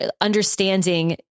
understanding